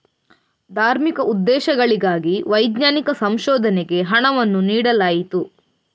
ಧಾರ್ಮಿಕ ಉದ್ದೇಶಗಳಿಗಾಗಿ ವೈಜ್ಞಾನಿಕ ಸಂಶೋಧನೆಗೆ ಹಣವನ್ನು ನೀಡಲಾಯಿತು